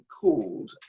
called